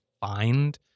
find